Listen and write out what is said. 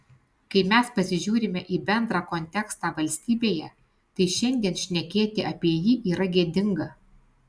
kai mes pasižiūrime į bendrą kontekstą valstybėje tai šiandien šnekėti apie jį yra gėdinga